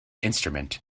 instrument